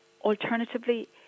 Alternatively